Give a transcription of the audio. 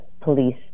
Police